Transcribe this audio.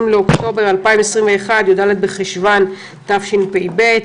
היום 20 באוקטובר 2021, י"ד בחשוון התשפ"ב.